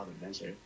adventure